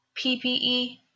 PPE